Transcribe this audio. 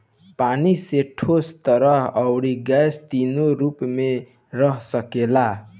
पानी ही ठोस, तरल, अउरी गैस तीनो रूप में रह सकेला